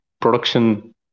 production